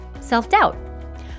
self-doubt